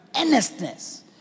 Earnestness